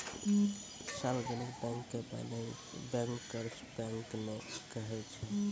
सार्जवनिक bank के bankers bank नै कहै छै